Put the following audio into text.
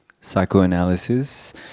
psychoanalysis